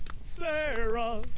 Sarah